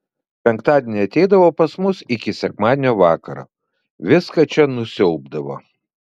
penktadienį ateidavo pas mus iki sekmadienio vakaro viską čia nusiaubdavo